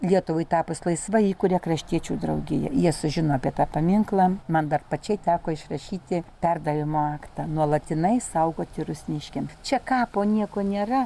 lietuvai tapus laisvai įkuria kraštiečių draugiją jie sužino apie tą paminklą man dar pačiai teko išrašyti perdavimo aktą nuolatinai saugoti rusniškiams čia kapo nieko nėra